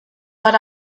but